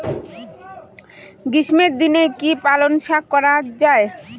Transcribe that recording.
গ্রীষ্মের দিনে কি পালন শাখ করা য়ায়?